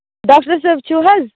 doctor صٲب چھِو حظ